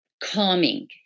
calming